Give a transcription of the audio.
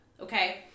Okay